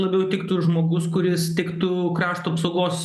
labiau tiktų žmogus kuris tiktų krašto apsaugos